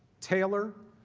taylor,